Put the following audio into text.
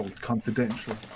confidential